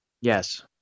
yes